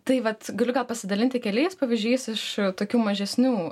tai vat galiu gal pasidalinti keliais pavyzdžiais iš tokių mažesnių